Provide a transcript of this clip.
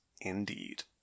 indeed